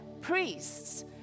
priests